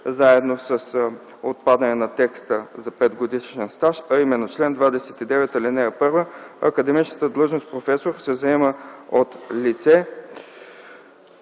заедно с отпадане на текста за петгодишен стаж, а именно: „Чл. 29. (1) Академичната длъжност „професор” се заема от лице